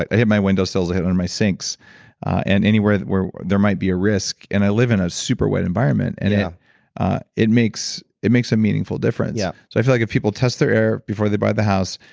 i hit my window sills. i hit under my sinks and anywhere where there might be a risk and i live in a super wet environment and yeah ah it makes it makes a meaningful difference yeah i feel like if people test their air before they buy the house,